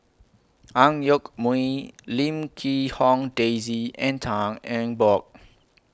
Ang Yoke Mooi Lim Quee Hong Daisy and Tan Eng Bock